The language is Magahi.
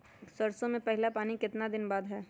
सरसों में पहला पानी कितने दिन बाद है?